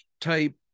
type